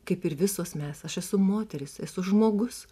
kaip ir visos mes aš esu moteris esu žmogus